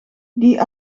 die